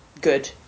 good